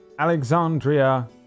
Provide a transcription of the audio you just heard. Alexandria